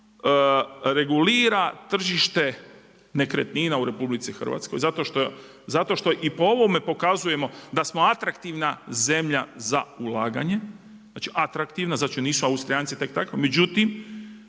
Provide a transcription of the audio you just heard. regulira tržište nekretnina u RH, zato što i po ovome pokazujemo da smo atraktivna zemlja za ulaganje, znači nisu Austrijanci tek tako, međutim